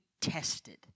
tested